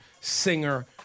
singer